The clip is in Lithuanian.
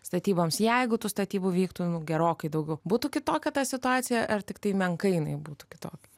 statyboms jeigu tų statybų vyktų nu gerokai daugiau būtų kitokia situacija ar tiktai menkai jinai būtų kitokia